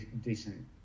decent